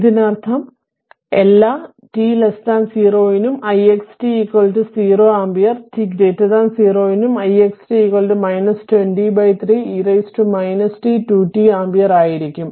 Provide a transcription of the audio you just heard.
ഇതിനർത്ഥം എല്ലാ t 0 നും ix t 0 ആമ്പിയർ t 0 നും ix t 203 e t 2t ampere ആയിരിക്കും